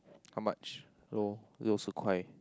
how much so 六十块